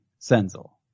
Senzel